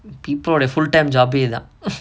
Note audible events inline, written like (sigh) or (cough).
people ஒடய:odaya full time job யே இதா:yae ithaa (noise)